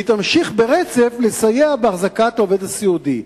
והיא תמשיך ברצף לסייע בהחזקת העובד הסיעודי.